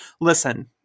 listen